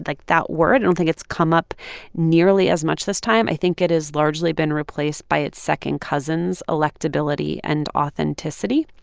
like that word, i don't think it's come up nearly as much this time. i think it has largely been replaced by its second cousins, electability and authenticity.